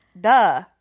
Duh